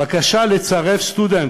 הבקשה לצרף סטודנט,